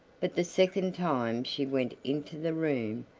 but the second time she went into the room,